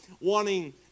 wanting